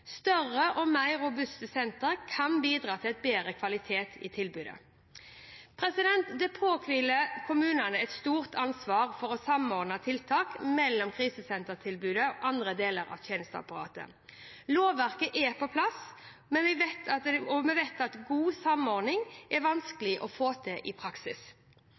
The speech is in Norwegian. Større og mer robuste sentre kan bidra til bedre kvalitet i tilbudet. Det påhviler kommunene et stort ansvar for å samordne tiltak mellom krisesentertilbudet og andre deler av tjenesteapparatet. Lovverket er på plass, men vi vet at god samordning er vanskelig å få til i praksis.